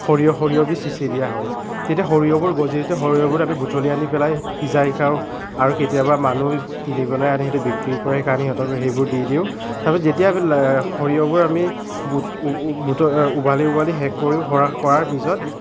সৰিয়হ সৰিয়হ বীজ সিঁচি দিয়া হয় তেতিয়া সৰিয়হবোৰ গজি উঠে সৰিয়হবোৰ আমি বুটলি আনি পেলাই সিজাই খাওঁ আৰু কেতিয়াবা মানুহ কিনি পেলাই আনি বিক্ৰী কৰে সেইকাৰণে আমি সিহঁতক সেইবোৰ দি দিওঁ তাৰপাছত যেতিয়া সৰিয়হবোৰ আমি বুট উভালি উভালি শেষ কৰি হোৱা হোৱাৰ পিছত